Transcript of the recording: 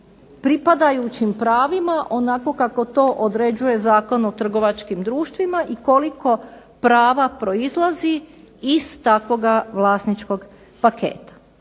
pripadajućim pravima onako kako to određuje Zakon o trgovačkim društvima i koliko prava proizlazi iz takvoga vlasničkog paketa.